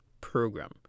program